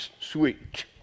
sweet